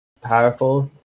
powerful